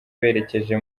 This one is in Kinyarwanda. berekeje